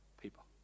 people